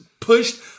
pushed